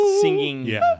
singing